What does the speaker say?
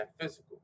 physical